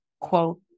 quote